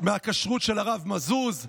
מהכשרות של הרב מזוז?